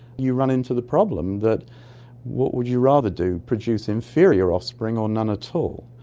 you run into the problem that what would you rather do, produce inferior offspring or none at all?